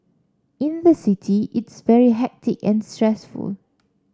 in the city it's very hectic and stressful